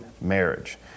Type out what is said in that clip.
marriage